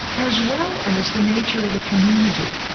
as well as the nature of the community,